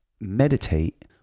meditate